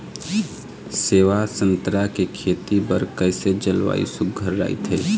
सेवा संतरा के खेती बर कइसे जलवायु सुघ्घर राईथे?